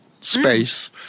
space